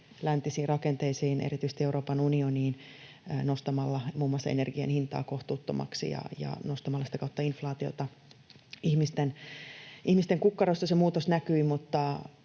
läntisiin rakenteisiin, erityisesti Euroopan unioniin, nostamalla muun muassa energian hintaa kohtuuttomaksi ja nostamalla sitä kautta inflaatiota. Ihmisten kukkarossa se muutos näkyi,